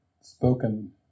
spoken